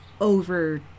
over